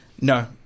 no